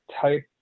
type